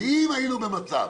אם היינו במצב